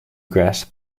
grasp